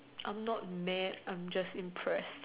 I'm not mad I'm just impressed